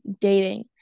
dating